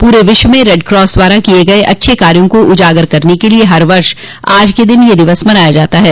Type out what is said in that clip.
पूरे विश्व में रेडक्रास द्वारा किये गये अच्छे कार्यो को उजागर करने के लिए हर वर्ष आज के दिन यह दिवस मनाया जाता है